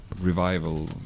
revival